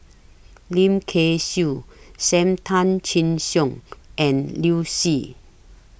Lim Kay Siu SAM Tan Chin Siong and Liu Si